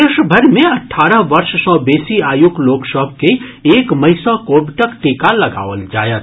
देशभरि मे अठारह वर्ष सँ बेसी आयुक लोक सभ के एक मई सँ कोविडक टीका लगाओल जायत